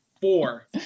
Four